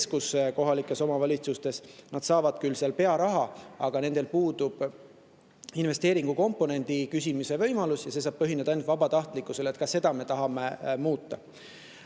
kesksetes kohalikes omavalitsustes. Nad saavad küll seal pearaha, aga neil puudub investeeringukomponendi küsimise võimalus, see saab põhineda ainult vabatahtlikkusel. Ka seda me tahame muuta.